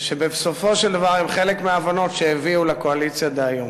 שבסופו של דבר הם חלק מההבנות שהביאו לקואליציה דהיום?